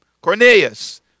cornelius